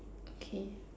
okay